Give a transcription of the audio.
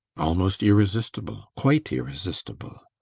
almost irresistible quite irresistible.